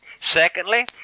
Secondly